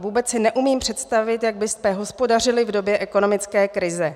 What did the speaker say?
Vůbec si neumím představit, jak byste hospodařili v době ekonomické krize.